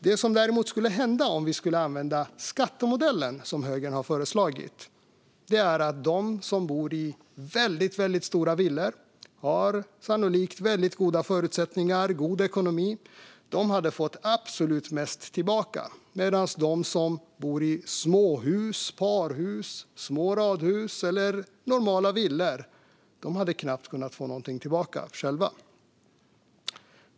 Det som däremot skulle hända om vi skulle använda skattemodellen, som högern har föreslagit, är att de som bor i väldigt stora villor och sannolikt har goda förutsättningar och god ekonomi skulle få absolut mest tillbaka medan de som bor i småhus, parhus, små radhus eller normala villor knappt skulle kunna få någonting alls tillbaka.